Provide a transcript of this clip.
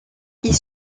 ils